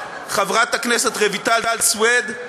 חברת הכנסת רויטל סויד,